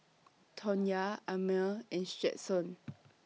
Tonya Amir and Stetson